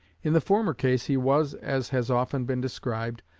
in the former case he was, as has often been described,